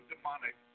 Demonic